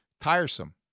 tiresome